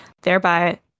thereby